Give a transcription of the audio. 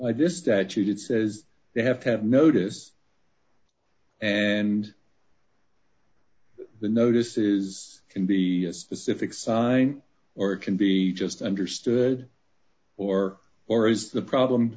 by this statute it says they have to have notice and the notice is can be a specific sign or it can be just understood or or is the problem